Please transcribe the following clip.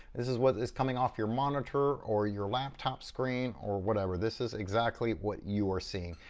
this is what is coming off your monitor or your laptop screen or whatever. this is exactly what you are seeing.